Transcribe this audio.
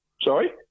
Sorry